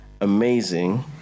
amazing